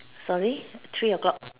sorry three o-clock